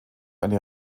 eine